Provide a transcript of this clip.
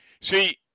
see